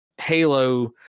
halo